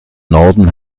norden